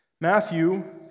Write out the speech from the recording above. Matthew